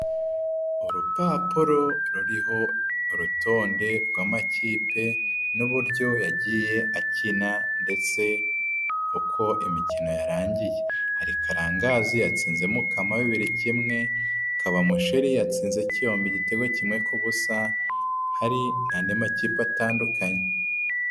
Urupapuro ruriho urutonde rw'amakipe n'uburyo yagiye akina ndetse uko imikino yarangiye. Hari Karangazi yatsinze Mukama bibiri kimwe, hakaba Musheri yatsinze Kiyombe igitego kimwe ku busa, hari n'andi makipe atandukanye.